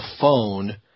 phone